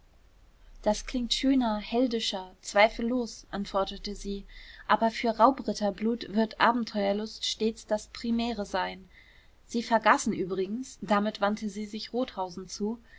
das klingt schöner heldischer zweifellos antwortete sie aber für raubritterblut wird abenteuerlust stets das primäre sein sie vergaßen übrigens damit wandte sie sich rothausen zu